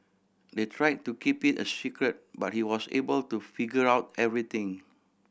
they try to keep it a secret but he was able to figure out everything